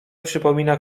przypomina